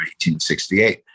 1868